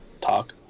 talk